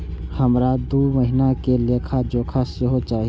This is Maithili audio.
हमरा दूय महीना के लेखा जोखा सेहो चाही